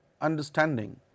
understanding